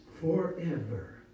forever